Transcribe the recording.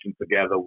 together